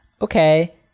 okay